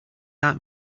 does